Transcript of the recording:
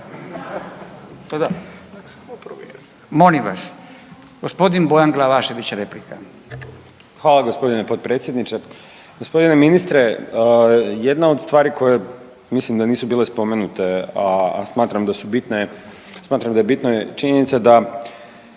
molim vas. Gospodin Bojan Glavašević, replika.